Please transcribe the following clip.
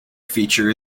feature